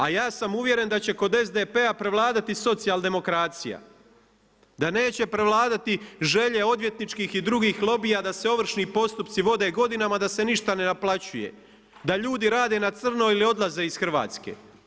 A ja sam uvjeren da će kod SDP-a prevladati socijaldemokracija, da neće prevladati želje odvjetničkih i drugih lobija da se ovršni postupci vode godinama a da se ništa ne naplaćuje, da ljudi rade na crno ili odlaze iz Hrvatska.